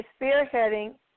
spearheading